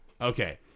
Okay